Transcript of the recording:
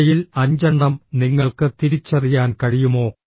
അവയിൽ അഞ്ചെണ്ണം നിങ്ങൾക്ക് തിരിച്ചറിയാൻ കഴിയുമോ